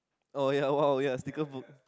oh ya !wow! ya sticker book